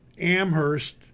Amherst